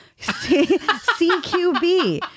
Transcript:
CQB